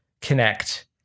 connect